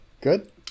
good